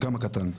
הקטן.